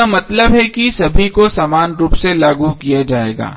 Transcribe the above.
इसका मतलब है कि सभी को समान रूप से लागू किया जाएगा